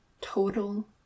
total